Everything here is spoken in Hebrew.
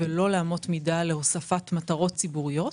ולא לאמות מידה להוספת מטרות ציבוריות.